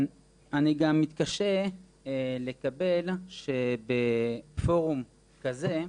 אני גם מתקשה לקבל שבפורום כזה,